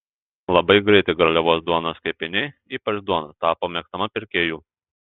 labai greitai garliavos duonos kepiniai ypač duona tapo mėgstama pirkėjų